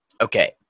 Okay